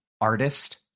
artist